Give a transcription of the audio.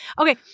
Okay